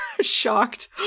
Shocked